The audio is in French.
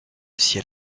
ciel